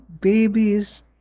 babies